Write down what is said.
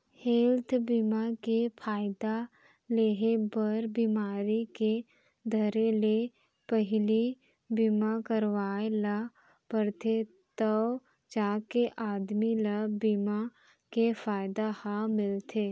health बीमा के फायदा लेहे बर बिमारी के धरे ले पहिली बीमा करवाय ल परथे तव जाके आदमी ल बीमा के फायदा ह मिलथे